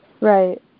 Right